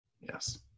yes